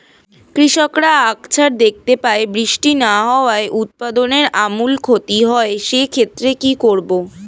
কৃষকরা আকছার দেখতে পায় বৃষ্টি না হওয়ায় উৎপাদনের আমূল ক্ষতি হয়, সে ক্ষেত্রে কি করব?